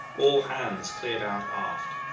all hands cleared out aft.